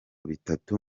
bitatu